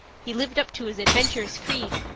he lived up to his adventurous creed.